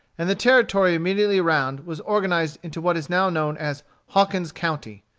and the territory immediately around was organized into what is now known as hawkins county.